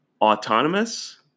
autonomous